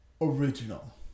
original